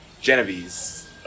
Genevieve's